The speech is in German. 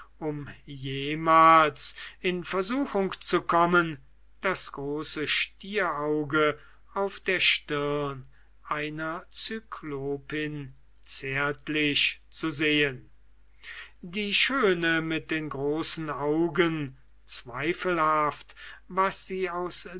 um jemals eine versuchung zu bekommen das große stierauge auf der stirn einer cyklopin zärtlich zu sehen die schöne mit den großen augen zweifelhaft was sie aus